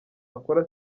akora